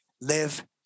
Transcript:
live